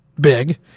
big